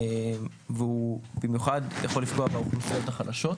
והוא במיוחד יכול לפגוע באוכלוסיות החלשות,